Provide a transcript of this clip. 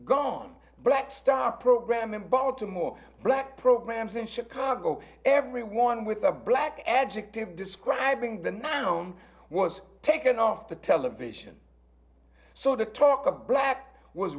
but stop program in baltimore black programs in chicago everyone with a black adjective describing the noun was taken off the television so the talk of black was